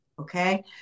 Okay